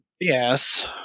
Yes